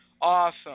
Awesome